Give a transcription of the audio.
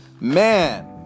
Man